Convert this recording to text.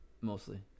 Mostly